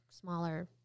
smaller